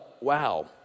wow